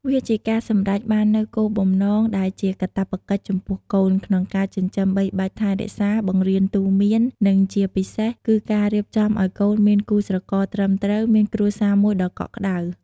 វាជាការសម្រេចបាននូវគោលបំណងដែលជាកាតព្វកិច្ចចំពោះកូន ក្នុងការចិញ្ចឹមបីបាច់ថែរក្សា បង្រៀនទូន្មាន និងជាពិសេសគឺការរៀបចំឲ្យកូនមានគូស្រករត្រឹមត្រូវ មានគ្រួសារមួយដ៏កក់ក្តៅ។